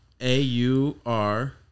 A-U-R